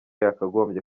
yakagombye